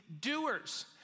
doers